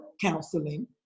counseling